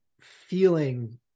feeling